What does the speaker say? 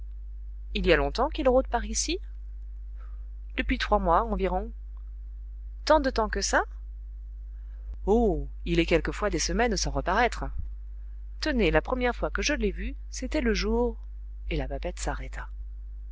il y a longtemps qu'il rôde par ici depuis trois mois environ tant de temps que ça oh il est quelquefois des semaines sans reparaître tenez la première fois que je l'ai vu c'était le jour et la babette s'arrêta